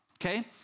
okay